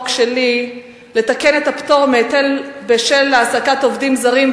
שלי לתיקון הפטור מהיטל בשל העסקת עובדים זרים,